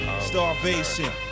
starvation